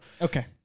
Okay